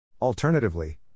Alternatively